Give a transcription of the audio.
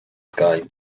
sky